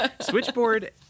Switchboard